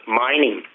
mining